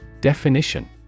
Definition